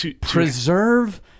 preserve